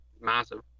massive